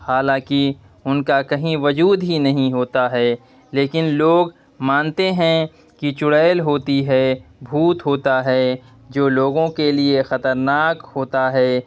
حالانکہ ان کا کہیں وجود ہی نہیں ہوتا ہے لیکن لوگ مانتے ہیں کہ چڑیل ہوتی ہے بھوت ہوتا ہے جو لوگوں کے لیے خطرناک ہوتا ہے